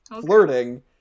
flirting